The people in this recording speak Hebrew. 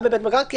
גם בבית מרקחת.